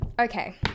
Okay